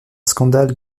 scandale